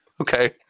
Okay